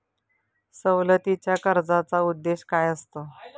सवलतीच्या कर्जाचा उद्देश काय असतो?